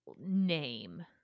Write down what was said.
name